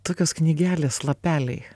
tokios knygelės lapeliai